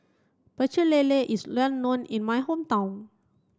Pecel Lele is well known in my hometown